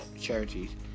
charities